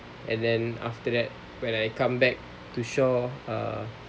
and then after that when I come back to shore err